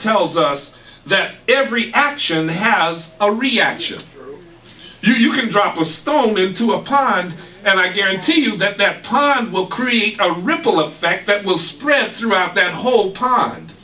tells us that every action has a reaction you can drop a stone into a pond and i guarantee you that that part will create a ripple effect that will spread throughout that whole pond